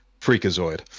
Freakazoid